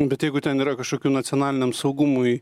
nu bet jeigu ten yra kažkokių nacionaliniam saugumui